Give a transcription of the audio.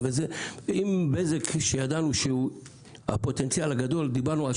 דיברנו על בזק עם פוטנציאל של 70